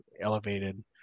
elevated